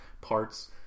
parts